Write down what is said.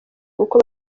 kuko